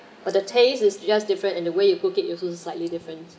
but the taste is just different in a way you cook it it also slightly different